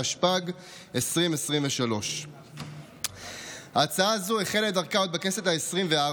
התשפ"ג 2023. ההצעה הזו החלה את דרכה עוד בכנסת העשרים-וארבע,